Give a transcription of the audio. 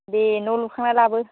दे न' लुखांना दाबो